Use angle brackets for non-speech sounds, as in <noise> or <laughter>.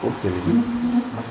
<unintelligible>